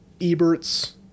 ebert's